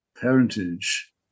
parentage